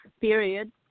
period